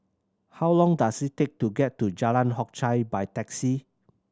how long does it take to get to Jalan Hock Chye by taxi